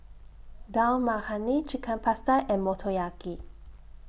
Dal Makhani Chicken Pasta and Motoyaki